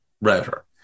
router